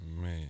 Man